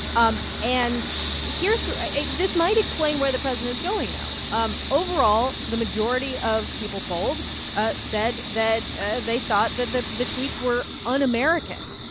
um and here's so this might explain where the president's going, though. um overall, the majority of people polled ah said that ah they thought that the the tweets were un-american.